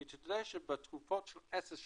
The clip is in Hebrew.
כי תדע שבתקופות של עשר שנים,